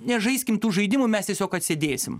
nežaiskim tų žaidimų mes tiesiog atsėdėsim